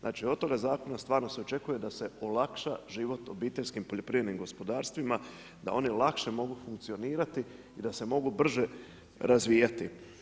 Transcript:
Znači od toga zakona stvarno se očekuje da se olakša život obiteljskim poljoprivrednim gospodarstvima da oni lakše mogu funkcionirati i da se mogu brže razvijati.